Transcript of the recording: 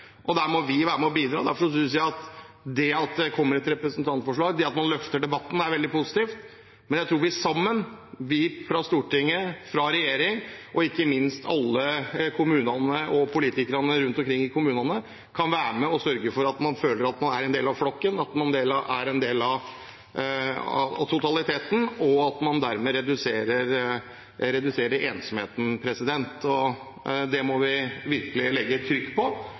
Der må vi være med og bidra, og derfor synes jeg at det at det kommer et representantforslag, det at man løfter debatten, er veldig positivt. Jeg tror at vi sammen – Stortinget, regjeringen og ikke minst alle kommunene og politikerne rundt omkring i kommunene – kan være med og sørge for at man føler at man er en del av flokken, at man er en del av totaliteten, og dermed reduserer ensomheten. Det må vi virkelig legge trykk på,